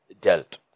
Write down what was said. dealt